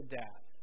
death